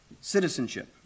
citizenship